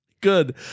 Good